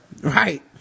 Right